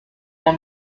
der